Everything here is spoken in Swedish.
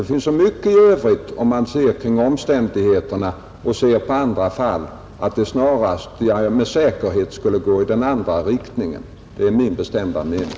Det finns så mycket i övrigt, om man tar hänsyn till omständigheterna och ser på andra fall, att det snarast, ja med säkerhet, skulle gå i den andra riktningen. Det är min bestämda mening.